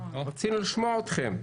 רצינו לשמוע אתכם.